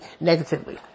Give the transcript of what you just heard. negatively